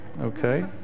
Okay